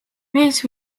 mees